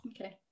Okay